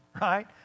right